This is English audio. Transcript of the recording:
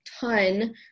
ton